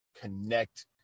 connect